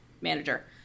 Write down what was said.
manager